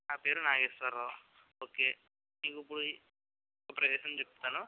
నా పేరు నాగేశ్వరరావు ఓకే ఇంకిప్పుడు ఒక ప్రదేశం చెప్తాను